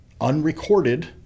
unrecorded